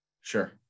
Sure